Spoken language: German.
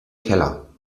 keller